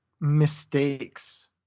mistakes